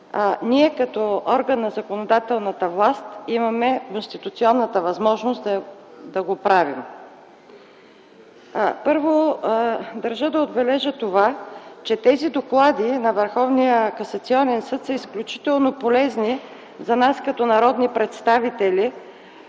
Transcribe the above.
ние като орган на законодателната власт имаме конституционната възможност да го правим. Първо, държа да отбележа, че тези доклади на Върховния касационен съд са изключително полезни за нас, като народни представители,